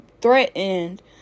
threatened